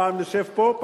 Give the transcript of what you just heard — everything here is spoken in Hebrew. פעם נשב פה,